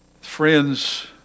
Friend's